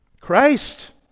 Christ